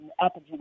epigenetics